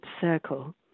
circle